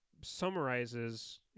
summarizes